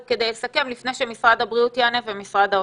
כדי לסכם לפני שמשרד הבריאות ומשרד האוצר יענו.